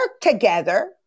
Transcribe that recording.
together